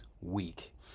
week